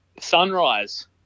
Sunrise